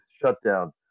shutdown